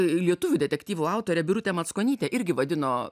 lietuvių detektyvų autorę birutę mackonytę irgi vadino